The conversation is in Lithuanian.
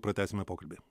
pratęsime pokalbį